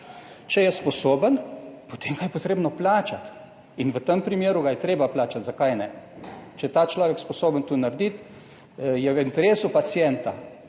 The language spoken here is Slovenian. če je sposoben, potem ga je potrebno plačati. In v tem primeru ga je treba plačati, zakaj ne, če je ta človek sposoben to narediti, je v interesu pacienta,